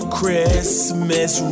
Christmas